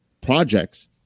projects